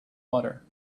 water